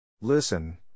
Listen